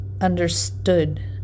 understood